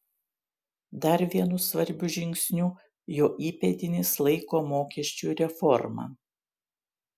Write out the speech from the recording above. dar vienu svarbiu žingsniu jo įpėdinis laiko mokesčių reformą